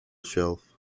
shelf